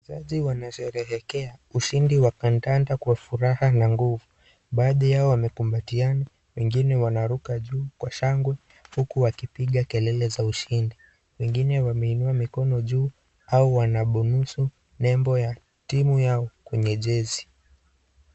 Wachezaji wanasheherekea ushindi wa kandanda kwa furaha na nguvu. Baadhi yao wamekumbatiana, wengine wanaruka juu kwa shangwe huku wakipiga kelele za ushindi. Wengine wameinua mikono juu, au wanabusu nembo ya timu yao kwenye jezi.